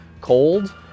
Cold